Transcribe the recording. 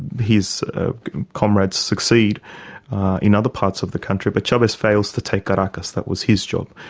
his comrades succeed in other parts of the country, but chavez fails to take caracas. that was his job.